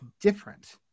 different